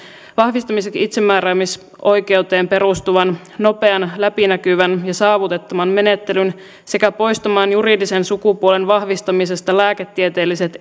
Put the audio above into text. vahvistamiseksi itsemääräämisoikeuteen perustuvan nopean läpinäkyvän ja saavutettavan menettelyn sekä poistamaan juridisen sukupuolen vahvistamisesta lääketieteelliset